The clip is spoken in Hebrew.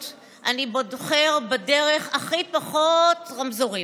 אני בוחר בדרך עם הכי פחות רמזורים.